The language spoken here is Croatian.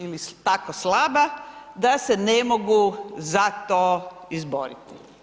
Ili tako slaba da se ne mogu za to izboriti.